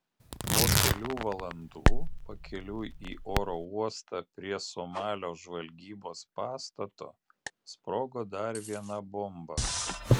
po kelių valandų pakeliui į oro uostą prie somalio žvalgybos pastato sprogo dar viena bomba